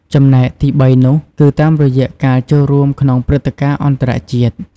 ចំណែកទីបីនោះគឺ តាមរយៈការចូលរួមក្នុងព្រឹត្តិការណ៍អន្តរជាតិ។